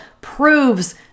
proves